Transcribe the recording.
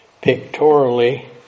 pictorially